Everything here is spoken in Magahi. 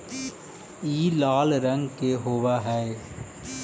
ई लाल रंग के होब हई